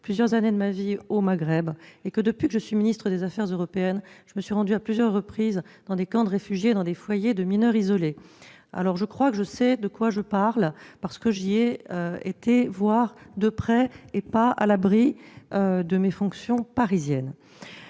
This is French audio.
plusieurs autres années au Maghreb. Depuis que je suis ministre chargée des affaires européennes, je me suis rendue à plusieurs reprises dans des camps de réfugiés et des foyers de mineurs isolés. Je crois donc que je sais de quoi je parle, parce que j'y suis allée voir de près, sans rester à l'abri de mes fonctions parisiennes.